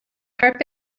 carpet